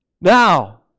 Now